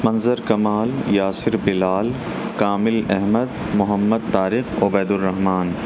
منظر کمال یاسر بلال کامل احمد محمد طارق عبید الرحمٰن